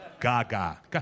Gaga